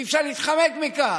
אי-אפשר להתחמק מכך.